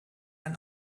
ein